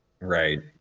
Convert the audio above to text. Right